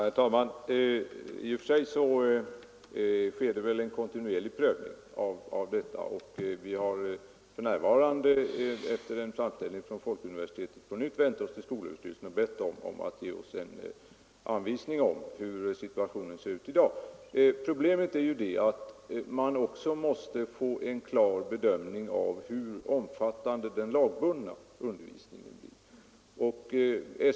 Herr talman! I och för sig sker det väl en kontinuerlig prövning. Vi har efter en framställning från Folkuniversitetet på nytt vänt oss till skolöverstyrelsen och bett om en redovisning av situationen i dag. Problemet är ju det att man också måste få en klar bedömning av hur omfattande den lagbundna undervisningen blir.